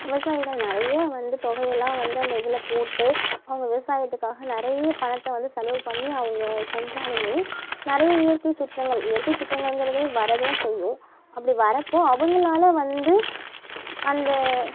விவசாயிகள் நிறைய வந்து தொகையெல்லாம் வந்து அந்த இதில் போட்டு அவங்க விவசாயத்துக்காக நிறைய பணத்தை வந்து செலவு பண்ணி அவங்க செஞ்சாலுமே நிறைய இயற்கை சீற்றங்கள் இயற்கை சீற்றங்கள்ங்கிறது வர்றதா செய்யும் அப்படி வர்றப்போ அவங்களால வந்து அந்த